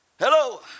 Hello